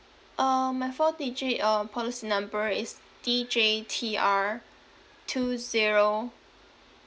uh my four digit uh policy number is d j t r two zero